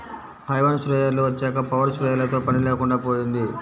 Taiwan స్ప్రేయర్లు వచ్చాక power స్ప్రేయర్లతో పని లేకుండా పోయింది